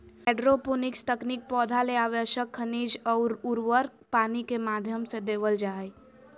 hydroponics तकनीक पौधा ले आवश्यक खनिज अउर उर्वरक पानी के माध्यम से देवल जा हई